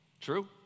True